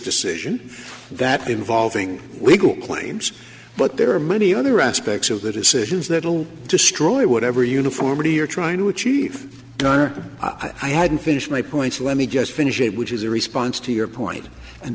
decision that involving we group claims but there are many other aspects of the decisions that will destroy whatever uniformity you're trying to achieve donna i hadn't finished my points let me just finish it which is a response to your point and